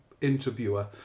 interviewer